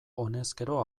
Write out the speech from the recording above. honezkero